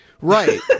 Right